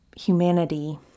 humanity